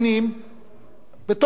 בתוך משכן הכנסת.